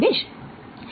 বেশ